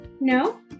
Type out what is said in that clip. No